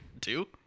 Two